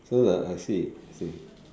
so the I see I see